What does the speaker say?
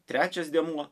trečias dėmuo